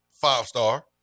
five-star